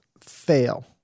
fail